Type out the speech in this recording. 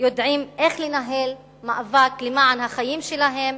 יודעים איך לנהל מאבק למען החיים שלהם,